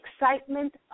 excitement